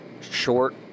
short